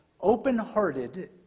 open-hearted